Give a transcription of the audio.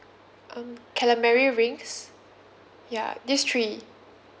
um calamari rings ya these three